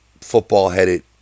football-headed